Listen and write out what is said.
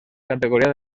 categoria